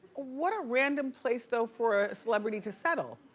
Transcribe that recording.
what a random place though for a celebrity to settle.